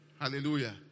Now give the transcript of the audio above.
Hallelujah